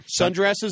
sundresses